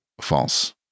false